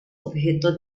objeto